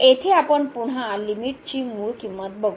येथे आपण पुन्हा लिमिट ची मूळ किंमत बघू